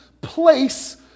place